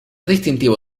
distintivo